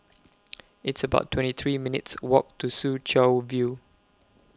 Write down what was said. It's about twenty three minutes' Walk to Soo Chow View